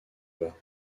bas